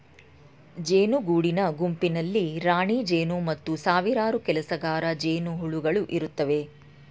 ಜೇನು ಗೂಡಿನ ಗುಂಪಿನಲ್ಲಿ ರಾಣಿಜೇನು ಮತ್ತು ಸಾವಿರಾರು ಕೆಲಸಗಾರ ಜೇನುಹುಳುಗಳು ಇರುತ್ತವೆ